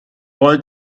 boy